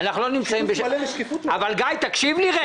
--- שקיפות מלאה